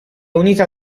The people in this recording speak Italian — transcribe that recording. unita